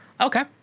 Okay